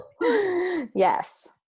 yes